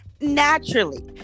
naturally